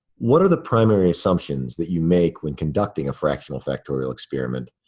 what are the primary assumptions that you make when conducting a fractional factorial experiment?